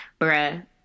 Bruh